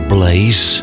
Blaze